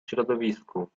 środowisku